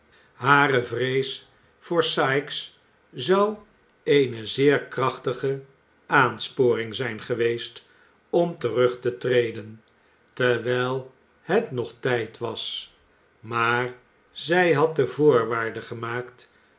hare vrees voor sikes zou eene zeer krachtige aansporing zijn geweest om terug te treden terwijl het nog tijd was maar zij had de voorwaarde gemaakt